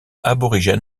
aborigènes